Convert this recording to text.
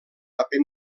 paper